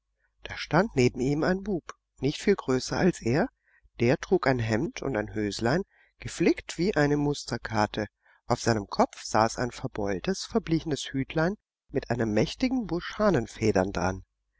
da stand neben ihm ein bub nicht viel größer als er der trug ein hemd und ein höslein geflickt wie eine musterkarte auf seinem kopf saß ein verbeultes verblichenes hütlein mit einem mächtigen busch hahnenfedern daran